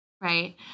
right